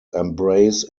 embrace